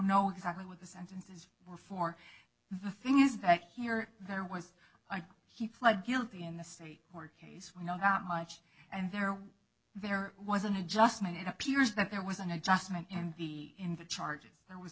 know exactly what the sentences were for the thing is that here there was he pled guilty in the state court case we know that much and there were there was an adjustment it appears that there was an adjustment and b in the charges there was